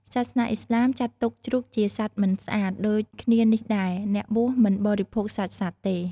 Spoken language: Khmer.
សាសនាឥស្លាមចាត់ទុកជ្រូកជាសត្វមិនស្អាត ដូចគ្នានេះដែរ អ្នកបួសមិនបរិភោគសាច់សត្វទេ។